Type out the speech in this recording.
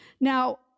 Now